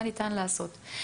מה ניתן לעשות.